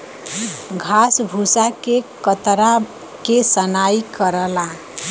घास भूसा के कतरा के सनाई करला